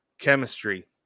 chemistry